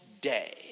day